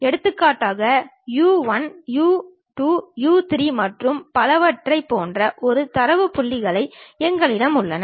எடுத்துக்காட்டாக u 1 u 2 u 3 மற்றும் பலவற்றைப் போன்ற ஒரு தரவு புள்ளிகள் எங்களிடம் உள்ளன